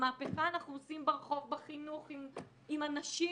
את המהפכה אנחנו עושים ברחוב, בחינוך, עם הנשים,